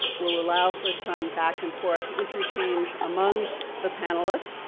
we'll allow for some back and forth interchange among the panelists.